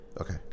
Okay